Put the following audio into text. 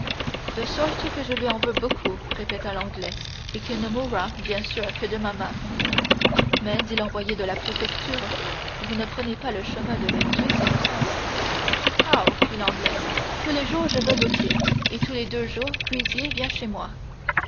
de sorte que je lui en veux beaucoup répéta l'anglais et qu'il ne mourra bien sûr que de ma main mais dit l'envoyé de la préfecture vous ne prenez pas le chemin de le tuer ce me semble hao fit l'anglais tous les jours je vais au tir et tous les deux jours grisier vient chez moi